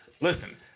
Listen